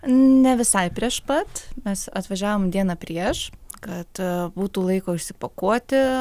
ne visai prieš pat mes atvažiavom dieną prieš kad būtų laiko išsipakuoti